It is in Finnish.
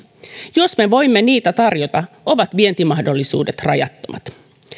jos me voimme niitä tarjota ovat vientimahdollisuudet rajattomat